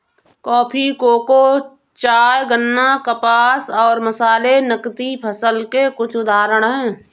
coffee, cocoa, चाय, गन्ना, कपास और मसाले नकदी फसल के कुछ उदाहरण हैं